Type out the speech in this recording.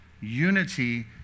Unity